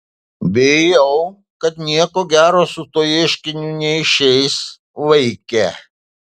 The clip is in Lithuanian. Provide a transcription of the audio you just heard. bijau kad nieko gero su tuo ieškiniu neišeis vaike